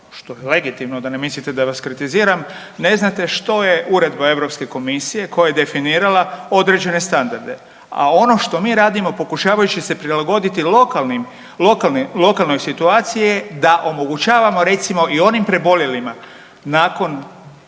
što je legitimno, da ne mislite da vas kritiziram, ne znate što je uredba EU komisije koja je definirala određene standarde, a ono što mi radimo pokušavajući se prilagoditi lokalnim, lokalnoj situaciji je da omogućavamo, recimo i onim preboljelima nakon